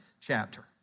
chapter